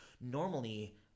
Normally